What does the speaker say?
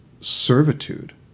servitude